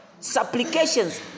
supplications